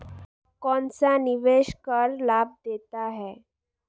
कौनसा निवेश कर लाभ देता है?